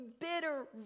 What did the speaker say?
bitter